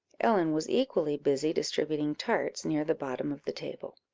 ellen was equally busy distributing tarts near the bottom of the table.